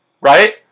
right